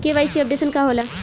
KYC updation का होला?